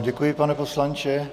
Děkuji vám, pane poslanče.